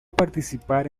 participar